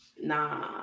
nah